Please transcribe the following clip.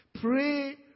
Pray